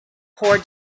poor